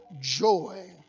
joy